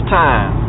time